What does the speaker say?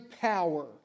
power